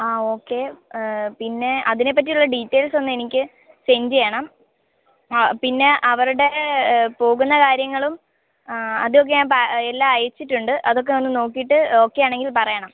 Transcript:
ആ ഓക്കെ പിന്നെ അതിനെ പറ്റിയുള്ള ഡീറ്റെയിൽസൊന്ന് എനിക്ക് സെൻറ്റ് ചെയ്യണം ആ പിന്നെ അവരുടെ പോകുന്ന കാര്യങ്ങളും അതൊക്കെയാകുമ്പോൾ എല്ലാം അയച്ചിട്ടുണ്ട് അതൊക്കെയൊന്ന് നോക്കിയിട്ട് ഓക്കെയാണെങ്കിൽ പറയണം